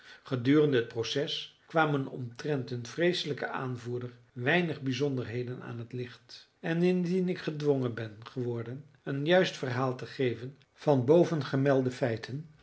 gedurende het proces kwamen omtrent hun vreeselijken aanvoerder weinig bijzonderheden aan het licht en indien ik gedwongen ben geworden een juist verhaal te geven van bovengemelde feiten